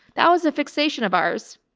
that was a fixation of ours.